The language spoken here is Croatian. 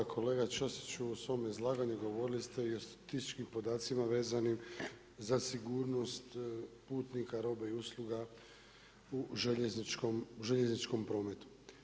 Kolega Ćosiću, u svom izlaganju govorili ste i o statističkim podacima vezanim za sigurnost putnika, robe i usluga u željezničkom prometu.